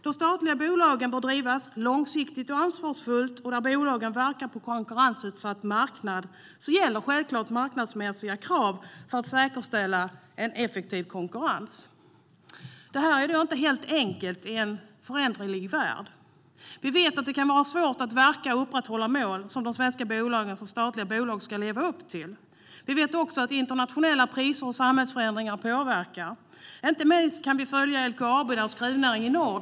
De statliga bolagen bör drivas långsiktigt och ansvarsfullt, och när bolagen verkar på en konkurrensutsatt marknad gäller självklart marknadsmässiga krav för att säkerställa en effektiv konkurrens. Det är inte helt enkelt i en föränderlig värld. Vi vet att det kan vara svårt att verka och upprätthålla mål som de svenska statliga bolagen ska leva upp till. Vi vet också att internationella priser och samhällsförändringar påverkar. Inte minst kan vi följa LKAB och dess gruvnäring i norr.